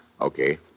Okay